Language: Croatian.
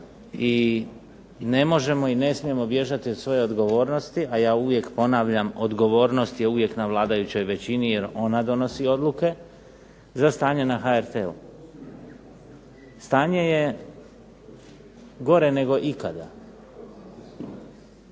i ne možemo i ne smijemo bježati od svoje odgovornosti, a ja uvijek ponavljam odgovornost je uvijek na vladajućoj većini, jer ona donosi odluke za stanje na HRT-u. Stanje je gore nego ikada.